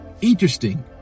Interesting